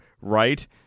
right